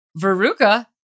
Veruca